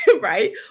right